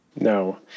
No